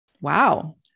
wow